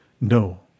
No